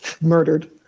murdered